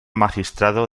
magistrado